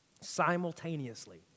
simultaneously